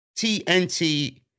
TNT